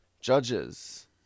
Judges